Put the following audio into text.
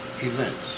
events